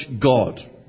God